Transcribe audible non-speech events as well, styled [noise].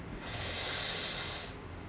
[breath]